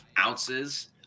ounces